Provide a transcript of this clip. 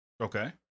Okay